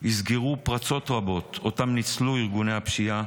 יסגרו פרצות רבות שאותן ניצלו ארגוני הפשיעה